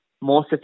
more